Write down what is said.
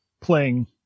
playing